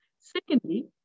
Secondly